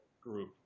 group